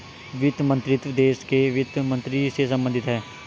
वित्त मंत्रीत्व देश के वित्त मंत्री से संबंधित है